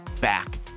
back